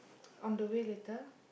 on the way later